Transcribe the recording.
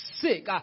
sick